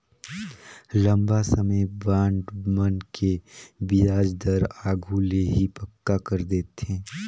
लंबा समे बांड मन के बियाज दर आघु ले ही पक्का कर रथें